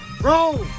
roll